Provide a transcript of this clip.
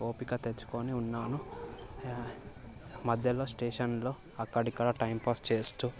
ఓపిక తెచ్చుకొని ఉన్నాను మధ్యలో స్టేషన్లో అక్కడిక్కడ టైంపాస్ చేస్తూ